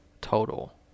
Total